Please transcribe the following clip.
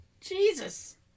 Jesus